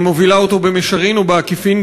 מובילה אותו במישרין או בעקיפין,